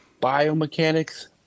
biomechanics